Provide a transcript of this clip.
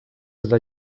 desde